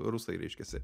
rusai reiškiasi